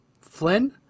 Flynn